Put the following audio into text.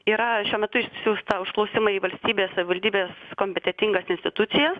yra šiuo metu išsiųsta užklausimai į valstybės savaldybės kompetentingas institucijas